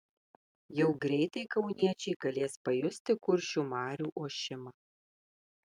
jau greitai kauniečiai galės pajusti kuršių marių ošimą